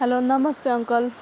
hello नमस्ते uncle